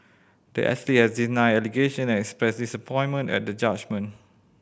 the athlete has denied the allegation and expressed disappointment at the judgment